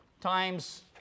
times